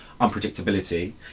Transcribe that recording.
unpredictability